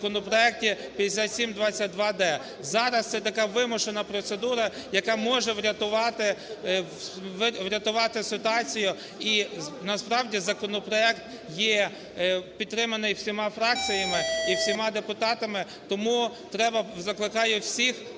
законопроекті 5722-д. Зараз це така вимушена процедура, яка може врятувати ситуацію. І насправді законопроект є підтриманий всіма фракціями і всіма депутатами. Тому треба... закликаю всіх